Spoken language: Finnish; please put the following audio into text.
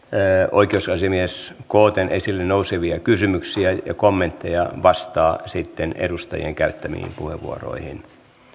oikeusasiamies kooten esille nousevia kysymyksiä ja ja kommentteja vastaa sitten edustajien käyttämiin puheenvuoroihin